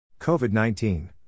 COVID-19